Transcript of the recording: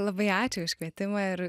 labai ačiū už kvietimą ir